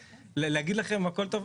להגיד לכם הכל טוב?